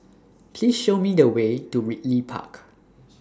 Please Show Me The Way to Ridley Park